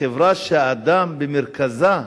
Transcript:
חברה שהאדם במרכזה.